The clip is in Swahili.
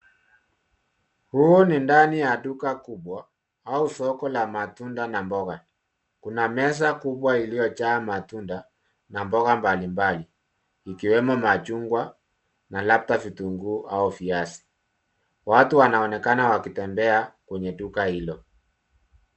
Huu ni ndani ya duka kubwa au soko la matunda na mboga. Kuna meza kubwa iliyojaa matunda na mboga mbalimbali ikiwemo machungwa na labda vitunguu au viazi. Watu wanaonekana wakitembea kwenye duka hilo.